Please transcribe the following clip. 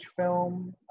film